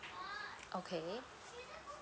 okay